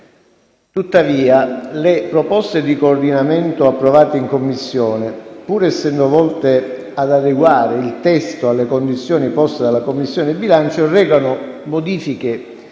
Tuttavia, le proposte di coordinamento approvate in Commissione, pur essendo volte ad adeguare il testo alle condizioni poste dalla Commissione bilancio, recano modifiche